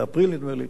באפריל נדמה לי,